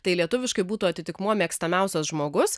tai lietuviškai būtų atitikmuo mėgstamiausias žmogus